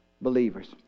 believers